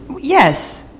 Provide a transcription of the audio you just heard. Yes